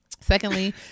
Secondly